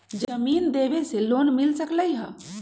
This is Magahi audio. जमीन देवे से लोन मिल सकलइ ह?